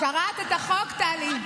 קראת את החוק, טלי?